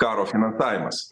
karo finansavimas